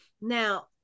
Now